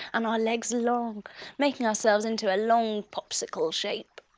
and our legs long making ourself in to a long popsicle shape.